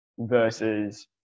Versus